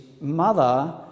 mother